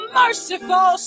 merciful